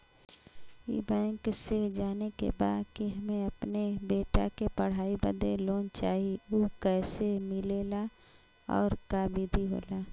ई बैंक से जाने के बा की हमे अपने बेटा के पढ़ाई बदे लोन चाही ऊ कैसे मिलेला और का विधि होला?